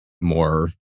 more